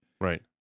Right